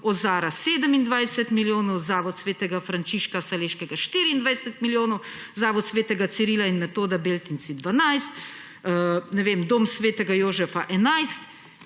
Ozara 27 milijonov, Zavoda svetega Frančiška Saleškega 24 milijonov, Zavod svetega Cirila in Metoda Beltinci 12, ne vem, Dom svetega Jožefa 11,